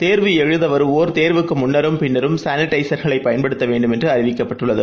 தேர்வு எழுதவருவோர் தேர்வுக்குமுன்னரும் பின்னரும் சானிடைசர்களைப் பயன்படுத்தவேண்டும் என்றுஅறிவிக்கப்பட்டுள்ளது